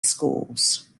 schools